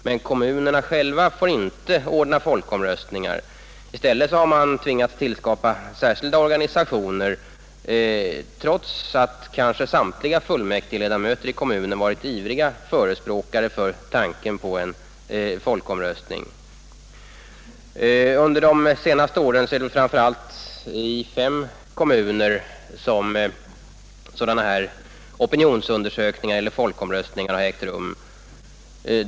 Men kommunerna själva får inte ordna folkomröstningar. I stället har en särskild organisation måst tillskapas, trots att kanske samtliga fullmäktigeledamöter i kommunen har varit ivriga förespråkare för tanken på en folkomröstning. Under de senaste åren är det framför allt i fem kommuner som sådana opinionsundersökningar eller folkomröstningar har ägt rum.